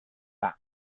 that